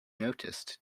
noticed